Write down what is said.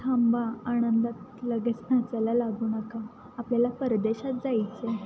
थांबा आनंदात लगेच नाचायला लागू नका आपल्याला परदेशात जायचं आहे